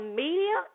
media